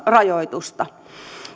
rajoitusta